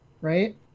right